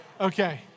Okay